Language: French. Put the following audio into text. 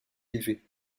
élevée